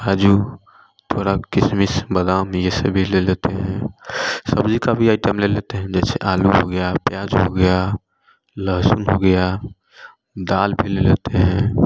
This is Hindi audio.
कुछ काजू थोड़ा किशमिश बादाम इसे भी ले लेते हैं सब्जी का भी आइटम ले लेते हैं जैसे आलू हो गया प्याज हो गया लहसुन हो गया दाल भी ले लेते हैं